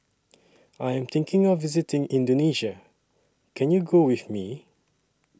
I Am thinking of visiting Indonesia Can YOU Go with Me